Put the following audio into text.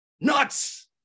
nuts